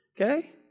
Okay